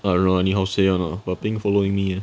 I don't know anyhow say [one] ah but pink following me